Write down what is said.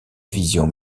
vision